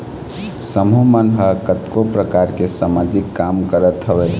समूह मन ह कतको परकार के समाजिक काम करत हवय